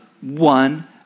one